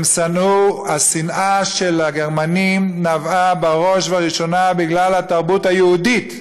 השנאה של הגרמנים נבעה בראש ובראשונה מהתרבות היהודית.